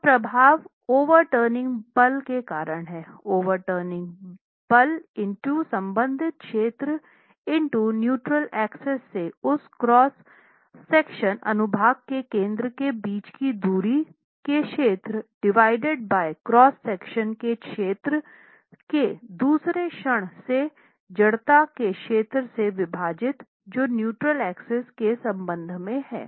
तो प्रभाव overturning पल के कारण है ओवर टर्निंग पल ईंटो संबंधित क्षेत्र ईंटो न्यूट्रल एक्सिस से उस क्रॉस सेक्शन अनुभाग के केंद्र के बीच की दूरी के क्षेत्र डिवाइडेड बाय क्रॉस सेक्शन के क्षेत्र के दूसरे क्षण से जड़ता के क्षण से विभाजित जो न्यूट्रल एक्सिस के संबंध में हैं